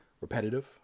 repetitive